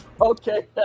Okay